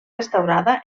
restaurada